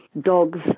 dogs